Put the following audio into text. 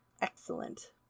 Excellent